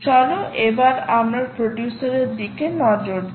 চলো এবার আমরা প্রডিউসারের দিকে নজর দিই